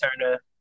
Turner